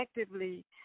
actively